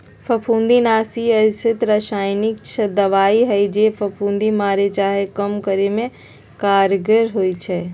फफुन्दीनाशी अइसन्न रसायानिक दबाइ हइ जे फफुन्दी मारे चाहे कम करे में कारगर होइ छइ